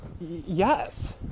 Yes